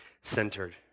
centered